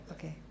Okay